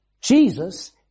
Jesus